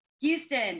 Houston